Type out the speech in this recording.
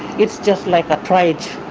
it's just like a triage.